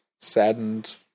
saddened